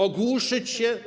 Ogłuszyć się?